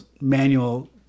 manual